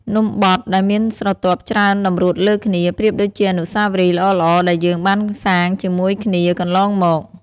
នំបទ ដែលមានស្រទាប់ច្រើនតម្រួតលើគ្នា ប្រៀបដូចជាអនុស្សាវរីយ៍ល្អៗដែលយើងបានសាងជាមួយគ្នាកន្លងមក។